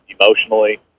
emotionally